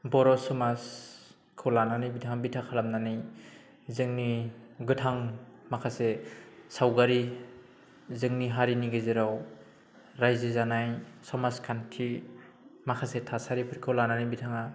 बर' समाजखौ लानानै बिथाङा बिथा खालामनानै जोंनि गोथां माखासे सावगारि जोंनि हारिनि गेजेराव रायजो जानाय समाज खान्थि माखासे थासारिफोरखौ लानानै बिथाङा